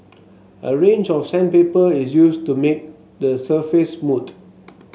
a range of sandpaper is used to make the surface moot